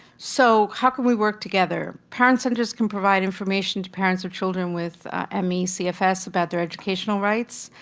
so how can we work together? parent centers can provide information to parents of children with ah me cfs about their educational rights,